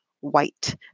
white